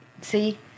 See